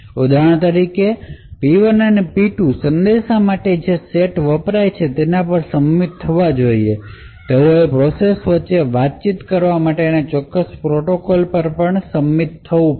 ઉદાહરણ તરીકે P1 અને P2 સંદેશા માટે જે સેટ વપરાય તેના પર સંમત થવા જોઈએ અને તેઓએ પ્રોસેસ વચ્ચે વાતચીત કરવા માટેના ચોક્કસ પ્રોટોકોલ પર પણ સંમત થવું પડશે